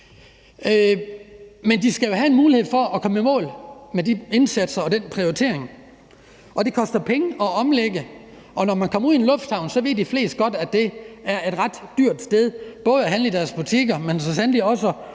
Med de skal jo have en mulighed for at komme i mål med de indsatser og den prioritering, og det koster penge at omlægge. Når man kommer ud i en lufthavn – det ved de fleste – er det et ret dyrt sted både at handle i deres butikker, men så sandelig også